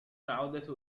العودة